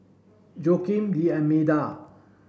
Joaquim D Almeida